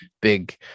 big